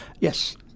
Yes